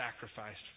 sacrificed